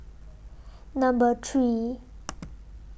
Number three